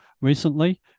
Recently